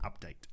update